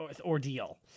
ordeal